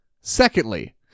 Secondly